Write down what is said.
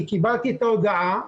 כי קיבלתי את ההודעה,